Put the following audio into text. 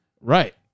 Right